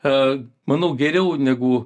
a manau geriau negu